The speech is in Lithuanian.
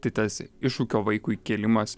tai tarsi iššūkio vaikui kėlimas